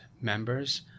members